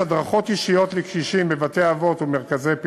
יש הדרכות אישיות לקשישים בבתי-אבות ובמרכזי פעילות.